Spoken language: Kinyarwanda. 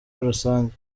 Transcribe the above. rusange